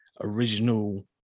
original